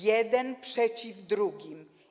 Jedni przeciw drugim.